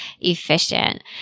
efficient